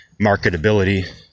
marketability